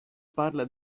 parla